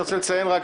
הכנסת.